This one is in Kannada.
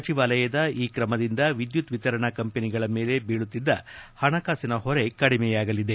ಸಚಿವಾಲಯದ ಈ ಕ್ರಮದಿಂದ ವಿದ್ಯುತ್ ವಿತರಣಾ ಕಂಪನಿಗಳ ಮೇಲೆ ಬೀಳುತ್ತಿದ್ದ ಹಣಕಾಸಿನ ಹೊರೆ ಕಡಿಮೆಯಾಗಲಿದೆ